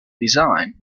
design